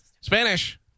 Spanish